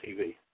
TV